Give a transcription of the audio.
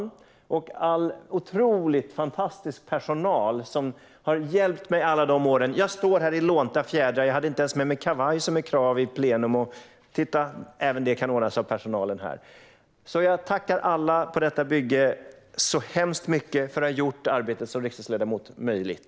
Jag vill också tacka all otrolig, fantastisk personal som hjälpt mig alla de åren. Jag står här i lånta fjädrar. Jag hade inte ens med mig kavaj, som är krav vid plenum, och titta, även det kan ordnas av personalen här! Jag tackar alla på detta bygge så hemskt mycket för att ha gjort arbetet som riksdagsledamot möjligt!